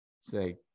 say